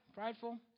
prideful